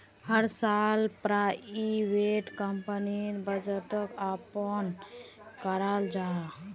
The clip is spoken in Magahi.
हर साल प्राइवेट कंपनीर बजटोक ओपन कराल जाहा